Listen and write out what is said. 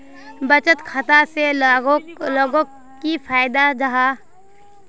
बचत खाता से लोगोक की फायदा जाहा?